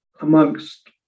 amongst